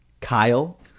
Kyle